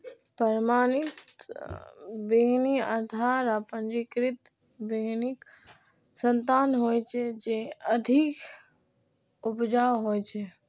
प्रमाणित बीहनि आधार आ पंजीकृत बीहनिक संतान होइ छै, जे अधिक उपजाऊ होइ छै